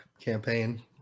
campaign